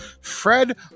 Fred